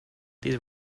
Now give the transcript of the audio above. these